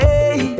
Hey